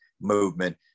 movement